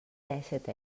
dèsset